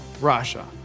Russia